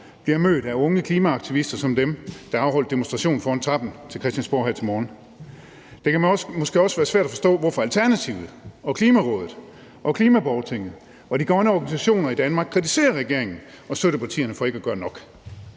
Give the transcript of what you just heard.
bliver mødt af unge klimaaktivister som dem, der afholdt demonstration foran trappen til Christiansborg her til morgen. Det kan måske også være svært at forstå, hvorfor Alternativet, Klimarådet, klimaborgertinget og de grønne organisationer i Danmark kritiserer regeringen og støttepartierne for ikke at gøre nok.